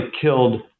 killed